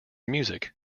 music